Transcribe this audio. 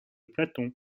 platon